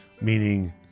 meaning